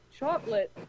Chocolate